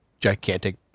gigantic